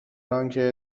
آنکه